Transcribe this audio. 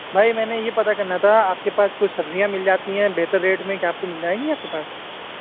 بھائی میں نے یہ پتا کرنا تھا آپ کے پاس کچھ سبزیاں مِل جاتی ہیں بہتر ریٹ میں کیا آپ کو مِل جائیں گی آپ کے پاس